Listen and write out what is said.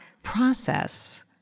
process